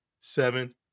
Seven